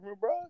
bro